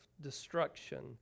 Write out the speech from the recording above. destruction